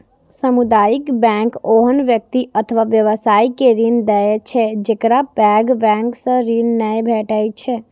सामुदायिक बैंक ओहन व्यक्ति अथवा व्यवसाय के ऋण दै छै, जेकरा पैघ बैंक सं ऋण नै भेटै छै